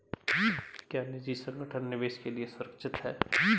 क्या निजी संगठन निवेश के लिए सुरक्षित हैं?